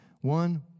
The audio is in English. One